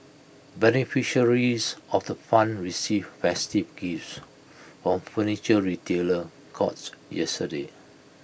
beneficiaries of the fund received festive gifts of Furniture Retailer courts yesterday